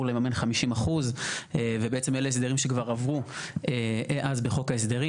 לממן 50% ובעצם אלה הסדרים שכבר עברו אז בחוק ההסדרים.